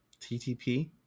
TTP